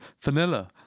vanilla